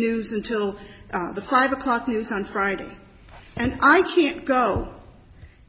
news until the five o'clock news on friday and i can't go